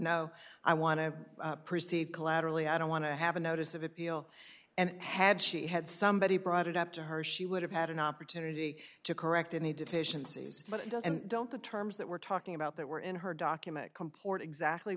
no i want to perceive collaterally i don't want to have a notice of appeal and had she had somebody brought it up to her she would have had an opportunity to correct any deficiencies but don't the terms that we're talking about that were in her document